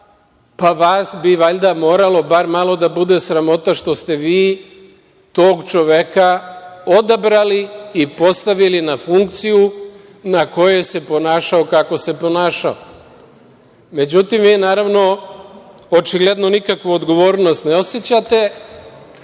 pa vas bi valjda moralo bar malo da bude sramota što ste vi tog čoveka odabrali i postavili na funkciju na kojoj se ponašao kako se ponašao.Međutim, vi naravno, očigledno, nikakvu odgovornost ne osećate